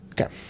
Okay